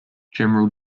general